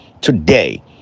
Today